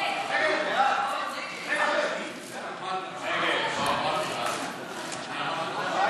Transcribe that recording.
לוועדת הפנים והגנת הסביבה נתקבלה.